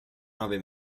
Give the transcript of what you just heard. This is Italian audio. nove